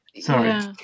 sorry